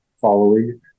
following